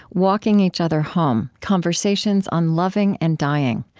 walking each other home conversations on loving and dying.